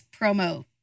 promo